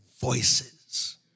voices